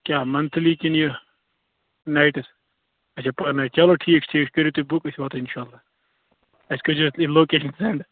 کیٛاہ مَنٛتھٕلی کِنہٕ یہِ نایِٹٕز اچھا پٔر نایِٹ چَلو ٹھیٖک چھُ ٹھیٖک چھُ کٔرِو تُہۍ بُک أسۍ واتَو اِنشاء اَللّہ اَسہِ کٔرۍزیٚو یہِ لوکیشیٚن سیٚنٛڈ